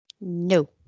No